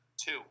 two